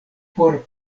por